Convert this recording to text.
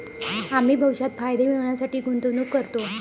आम्ही भविष्यात फायदे मिळविण्यासाठी गुंतवणूक करतो